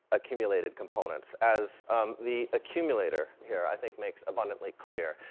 accumulated components, as the accumulator here, i think, makes abundantly clear.